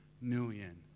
million